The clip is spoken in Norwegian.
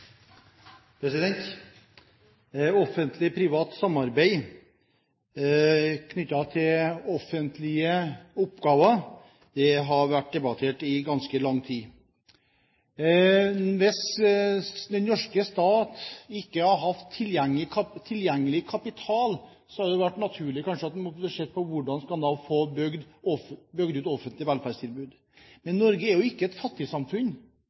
omme. Offentlig Privat Samarbeid knyttet til offentlige oppgaver har vært debattert i ganske lang tid. Hvis den norske stat ikke hadde hatt kapital tilgjengelig, hadde det kanskje vært naturlig at en hadde sett på hvordan en skulle få bygd ut offentlige velferdstilbud. Men Norge er jo ikke et